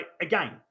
again